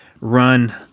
run